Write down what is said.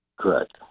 Correct